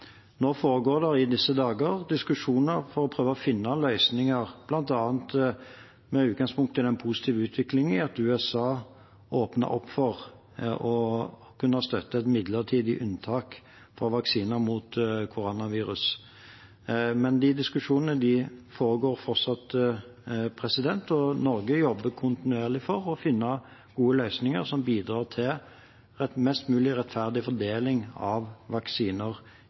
I disse dager foregår det diskusjoner for å prøve å finne løsninger, bl.a. med utgangspunkt i den positive utviklingen i at USA åpner opp for å kunne støtte et midlertidig unntak for vaksiner mot koronavirus. Men disse diskusjonene foregår fortsatt, og Norge jobber kontinuerlig for å finne gode løsninger som bidrar til en mest mulig rettferdig fordeling av vaksiner